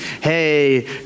Hey